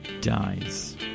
Dies